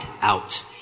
out